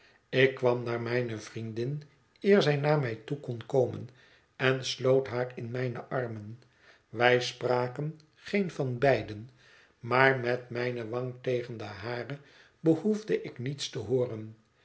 ik kwam naar mijne vriendin eer zij naar mij toe kon komen en sloot haar in mijne armen wij spraken geen van beiden maar met mijne wang tegen de hare behoefde ik niets te hooren